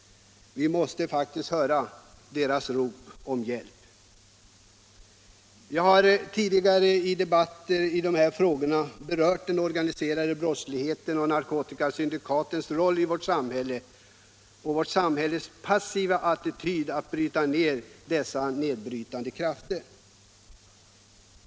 Vi måste faktiskt höra dessa människors rop om hjälp. Jag har i tidigare debatter i dessa frågor berört den organiserade brottsligheten, narkotikasyndikatens roll och vårt samhälles passiva attityd när det gäller att angripa dessa nedbrytande krafter.